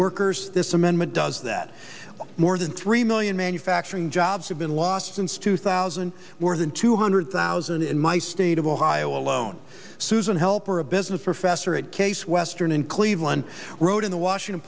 workers this amendment does that more than three million manufacturing jobs have been lost since two thousand more than two hundred thousand in my state of ohio alone susan helper a business professor at case western in cleveland wrote in the washington